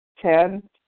Ten